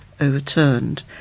overturned